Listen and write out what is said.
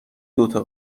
دوتا